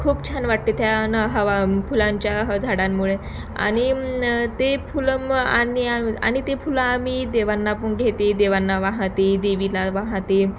खूप छान वाटते त्याने हवा फुलांच्या ह झाडांमुळे आणि ते फुलं मग आणि आ आणि ते फुलं आम्ही देवांना पण घेते देवांना वाहाते देवीला वाहाते